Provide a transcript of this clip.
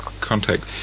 contact